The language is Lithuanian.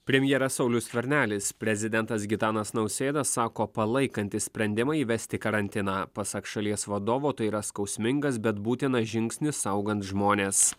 premjeras saulius skvernelis prezidentas gitanas nausėda sako palaikantis sprendimą įvesti karantiną pasak šalies vadovo tai yra skausmingas bet būtinas žingsnis saugant žmones